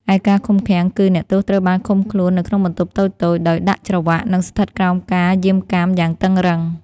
ឯការឃុំឃាំងគឺ អ្នកទោសត្រូវបានឃុំខ្លួននៅក្នុងបន្ទប់តូចៗ ដោយដាក់ច្រវាក់ និងស្ថិតក្រោមការយាមកាមយ៉ាងតឹងរ៉ឹង។